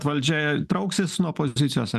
valdžia trauksis nuo pozicijos ar